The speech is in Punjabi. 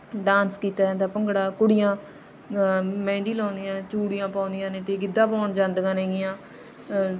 ਡਾਂਸ ਕੀਤਾ ਜਾਂਦਾ ਭੰਗੜਾ ਕੁੜੀਆਂ ਮਹਿੰਦੀ ਲਾਉਂਦੀਆਂ ਚੂੜੀਆਂ ਪਾਉਂਦੀਆਂ ਨੇ ਅਤੇ ਗਿੱਧਾ ਪਾਉਣ ਜਾਂਦੀਆਂ ਨੇਗੀਆਂ